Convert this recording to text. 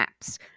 apps